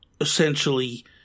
essentially